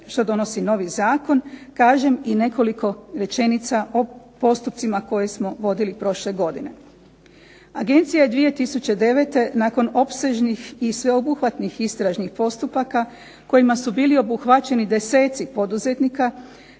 što donosi novi zakon kažem i nekoliko rečenica o postupcima koje smo vodili prošle godine. Agencija je 2009. nakon opsežnih i sveobuhvatnih istražnih postupaka kojima su bili obuhvaćeni deseci poduzetnika